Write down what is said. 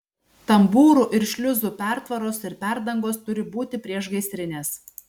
tambūrų ir šliuzų pertvaros ir perdangos turi būti priešgaisrinės